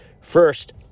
First